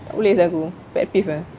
tak boleh aku pet peeve ah